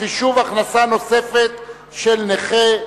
חישוב הכנסה נוספת של נכה),